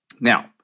Now